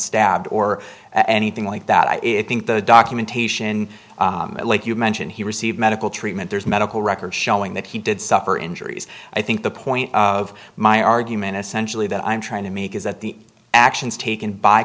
stabbed or and he thing like that i think the documentation like you mentioned he received medical treatment there's medical records showing that he did suffer injuries i think the point of my argument essentially that i'm trying to make is that the actions taken by